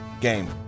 game